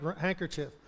handkerchief